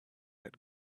had